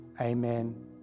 Amen